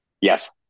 Yes